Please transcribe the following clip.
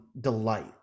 delight